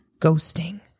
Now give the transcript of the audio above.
Ghosting